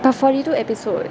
but forty two episode